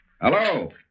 Hello